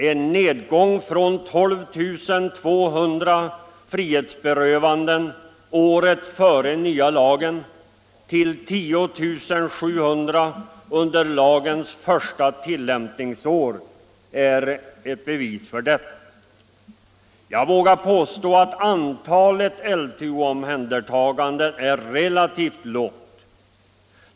En nedgång från 12 200 frihetsberövanden året före nya lagen till 10 700 under lagens första tillämpningsår är ett bevis för detta. Jag vågar påstå att antalet LTO-omhändertaganden är relativt lågt.